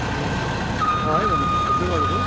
ए छ है भनेपछि थुप्रै खालको